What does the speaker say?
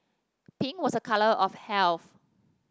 pink was a colour of health